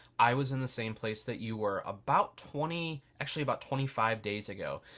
i was in the same place that you are about twenty, actually about twenty five days ago.